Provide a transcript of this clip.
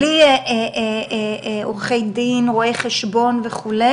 בלי עורכי דין, רואי חשבון וכו'.